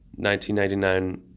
1999